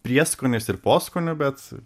prieskoniais ir poskoniu bet